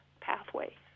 pathway